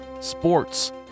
sports